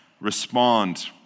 respond